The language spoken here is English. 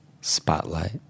Spotlight